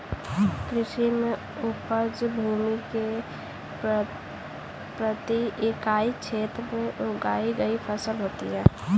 कृषि में उपज भूमि के प्रति इकाई क्षेत्र में उगाई गई फसल होती है